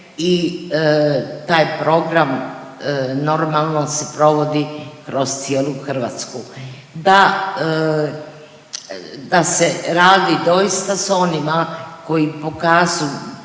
i taj program normalno se provodi kroz cijelu Hrvatsku. Da, da se radi doista sa onima koji pokazuju